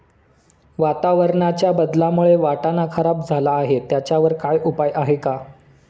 वातावरणाच्या बदलामुळे वाटाणा खराब झाला आहे त्याच्यावर काय उपाय आहे का?